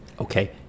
Okay